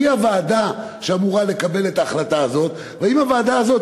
מי הוועדה שאמורה לקבל את ההחלטה הזאת והאם הוועדה הזאת